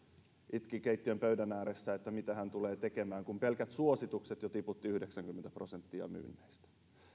itki keittiönpöydän ääressä että mitä hän tulee tekemään kun jo pelkät suositukset tiputtivat yhdeksänkymmentä prosenttia myynneistä